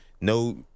No